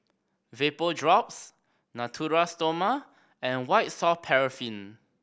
Vapodrops Natura Stoma and White Soft Paraffin